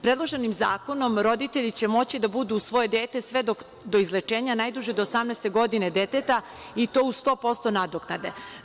Predloženim zakonom roditelji će moći da budu uz svoje dete sve do izlečenja, najduže do 18 godine deteta, i to uz 100% nadoknade.